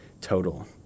total